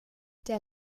der